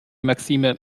maxime